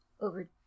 over